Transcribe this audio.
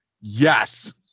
Yes